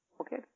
Okay